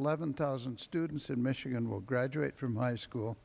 eleven thousand students in michigan will graduate from high school